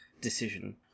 decision